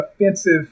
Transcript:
offensive